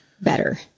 better